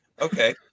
okay